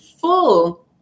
full